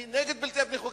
אני נגד בנייה בלתי חוקית.